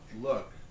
look